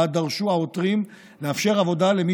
שבה דרשו העותרים לאפשר עבודה למי